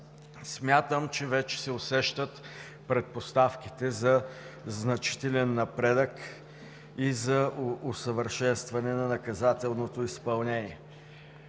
Смятам, че вече се усещат предпоставките за значителен напредък и за усъвършенстване на наказателното изпълнение.